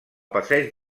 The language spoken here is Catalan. passeig